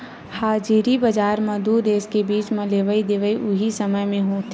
हाजिरी बजार म दू देस के बीच म लेवई देवई उहीं समे म होथे